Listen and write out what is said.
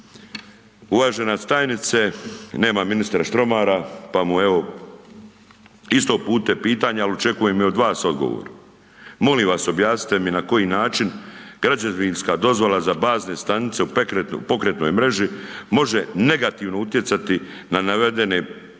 Uvažena tajnice, nema ministra Štromara, pa mu evo isto uputite pitanja, ali očekujem i od vas odgovor, molim vas objasnite mi na koji način građevinska dozvola za bazne stanice u pokretnoj mreži može negativno utjecati na navedene pokazatelje